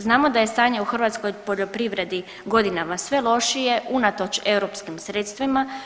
Znamo da je stanje u hrvatskoj poljoprivredi godinama sve lošije unatoč europskim sredstvima.